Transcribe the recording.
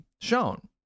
shown